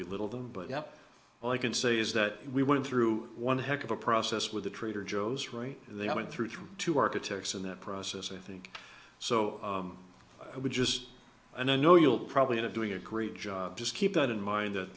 be little them but yeah all i can say is that we went through one heck of a process with the trader joe's right they have been through two architects in that process i think so i would just and i know you'll probably end up doing a great job just keep that in mind that